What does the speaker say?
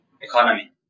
economy